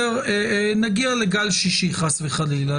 נגיע לגל שישי חלילה,